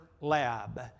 lab